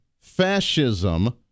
fascism